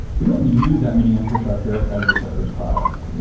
we don't use that many infrastructure as a service products.